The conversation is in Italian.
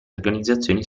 organizzazioni